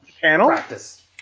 practice